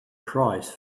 price